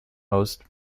most